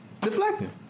Deflecting